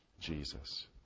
Jesus